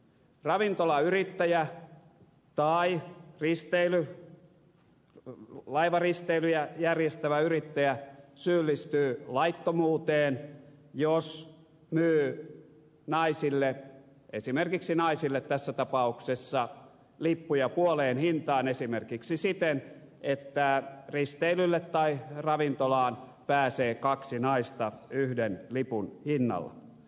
ravintolayrittäjä tai laivaristeilyjä järjestävä yrittäjä syyllistyy laittomuuteen jos myy esimerkiksi naisille tässä tapauksessa lippuja puoleen hintaan esimerkiksi siten että risteilylle tai ravintolaan pääsee kaksi naista yhden lipun hinnalla